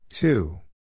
Two